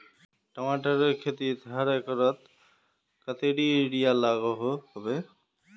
टमाटरेर खेतीत हर एकड़ोत कतेरी यूरिया लागोहो होबे?